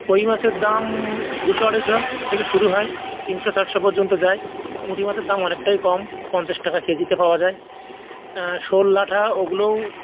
কই মাছের দাম দুশো আড়াইশো থেকে শুরু হয় তিনশো চারশো পর্যন্ত যায় পুঁটি মাছের দাম অনেকটাই কম পঞ্চাশ টাকা কেজিতে পাওয়া যায় শোল ল্যাঠা ওগুলোও